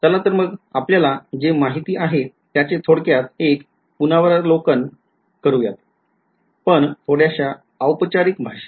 चला तर मग आपल्याला जे माहिती आहे त्याचे थोडक्यात एक पुनरावलोकन करूयात पण थोड्याश्या औपचारिक भाषेत